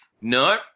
No